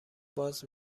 باز